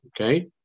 Okay